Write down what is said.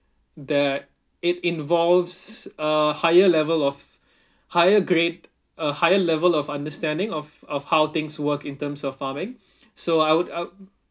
that it involves a higher level of higher grade a higher level of understanding of of how things work in terms of farming so I would I would